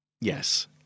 Yes